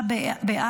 הצבעה.